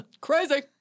Crazy